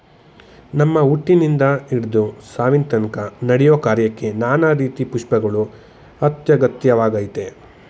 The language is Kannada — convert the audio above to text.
ನಮ್ಮ ಹುಟ್ಟಿನಿಂದ ಹಿಡ್ದು ಸಾವಿನತನ್ಕ ನಡೆಯೋ ಕಾರ್ಯಕ್ಕೆ ನಾನಾ ರೀತಿ ಪುಷ್ಪಗಳು ಅತ್ಯಗತ್ಯವಾಗಯ್ತೆ